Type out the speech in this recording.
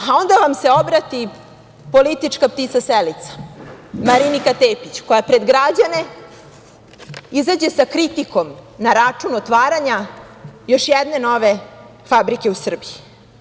A onda vam se obrati politička ptica selica, Marinika Tepić koja pred građane izađe sa kritikom na račun otvaranja još jedne nove fabrike u Srbiji.